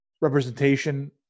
representation